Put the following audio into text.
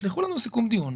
תשלחו לנו סיכום דיון.